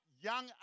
young